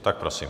Tak prosím.